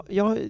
jag